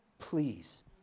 Please